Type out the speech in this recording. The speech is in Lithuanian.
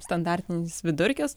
standartinis vidurkis